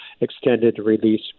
extended-release